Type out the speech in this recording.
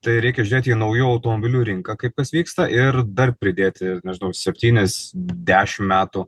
tai reikia žiūrėti į naujų automobilių rinką kaip kas vyksta ir dar pridėti nežinau septynis dešim metų